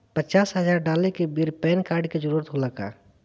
पचास हजार डाले के बेर पैन कार्ड के जरूरत होला का?